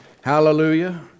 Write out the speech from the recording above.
Hallelujah